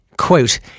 quote